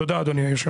תודה אדוני היושב.